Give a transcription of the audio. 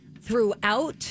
throughout